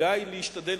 כדאי להשתדל,